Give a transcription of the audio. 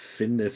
finde